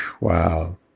wow